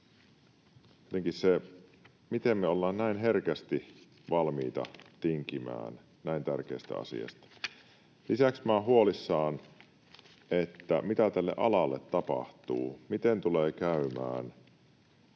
Miten me ollaan näin herkästi valmiita tinkimään näin tärkeästä asiasta? Lisäksi olen huolissani siitä, mitä tälle alalle tapahtuu, miten tulee käymään